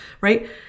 Right